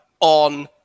on